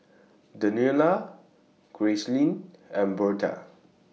Daniella Gracelyn and Berta